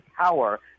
power